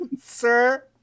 Sir